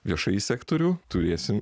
viešąjį sektorių turėsim